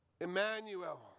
Emmanuel